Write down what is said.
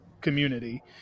community